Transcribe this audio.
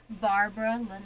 Barbara